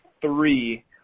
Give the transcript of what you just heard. three